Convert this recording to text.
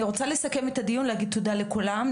אני רוצה לסכם את הדיון ולהגיד תודה לכולם,